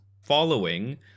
following